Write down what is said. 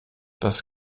das